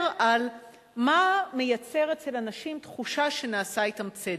על מה מייצר אצל אנשים תחושה שנעשה אתם צדק.